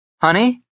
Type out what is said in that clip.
Honey